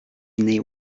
innej